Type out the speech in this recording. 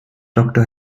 doktor